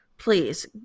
Please